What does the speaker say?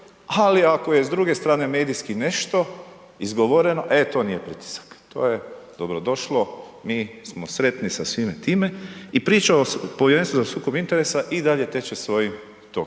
ali ako je s druge strane medijski nešto izgovoreno, e to nije pritisak, to je dobrodošlo, mi smo sretni sa svime time i priča o Povjerenstvu za sukob interesa i dalje teče svojim tokom